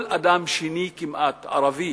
כל אדם שני כמעט, ערבי,